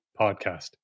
Podcast